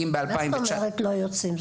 מה זאת אומרת לא יוצאים,